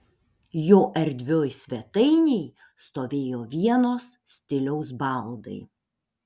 jo erdvioj svetainėj stovėjo vienos stiliaus baldai